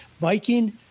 Biking